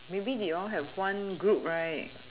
maybe they all have one group right